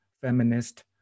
feminist